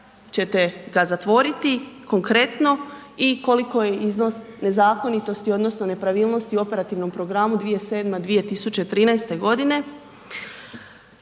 ćete ga zatvoriti, konkretno i koliko je iznos nezakonitosti odnosno nepravilnosti u Operativnom programu 2007.-2013. godine.